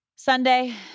Sunday